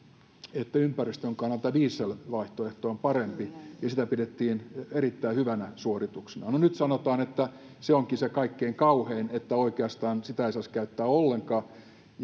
että ympäristön kannalta dieselvaihtoehto on parempi ja sitä pidettiin erittäin hyvänä suorituksena mutta nyt sanotaan että se onkin se kaikkein kauhein että oikeastaan sitä ei saisi käyttää ollenkaan